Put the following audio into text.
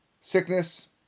Sickness